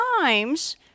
times